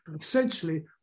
Essentially